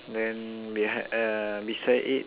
then behind uh beside it